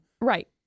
right